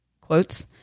quotes